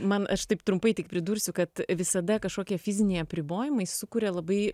man aš taip trumpai tik pridursiu kad visada kažkokie fiziniai apribojimai sukuria labai